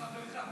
חברך.